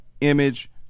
image